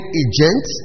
agent